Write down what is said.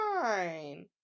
fine